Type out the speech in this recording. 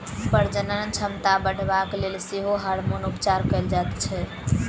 प्रजनन क्षमता बढ़यबाक लेल सेहो हार्मोन उपचार कयल जाइत छै